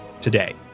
today